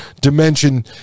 dimension